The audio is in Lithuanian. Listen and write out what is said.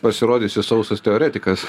pasirodysiu sausas teoretikas